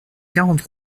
quarante